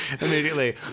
immediately